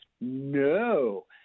No